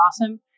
awesome